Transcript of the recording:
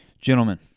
Gentlemen